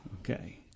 Okay